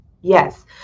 Yes